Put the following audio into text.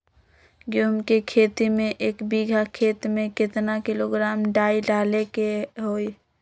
गेहूं के खेती में एक बीघा खेत में केतना किलोग्राम डाई डाले के होई?